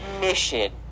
mission